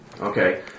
Okay